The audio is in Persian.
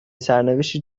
سرنوشتی